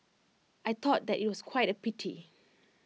I thought that IT was quite A pity